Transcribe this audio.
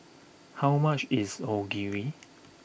how much is Onigiri